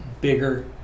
bigger